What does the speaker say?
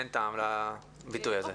אין טעם לביטוי הזה.